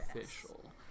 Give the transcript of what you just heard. official